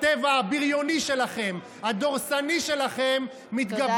הטבע הבריוני שלכם, הדורסני שלכם, תודה רבה.